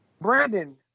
Brandon